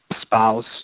spouse